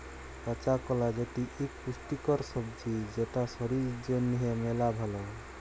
কাঁচা কলা যেটি ইক পুষ্টিকর সবজি যেটা শরীর জনহে মেলা ভাল